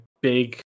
big